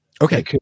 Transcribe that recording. Okay